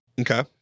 Okay